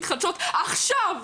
אותו דבר והתוצאות בסופו של דבר אותו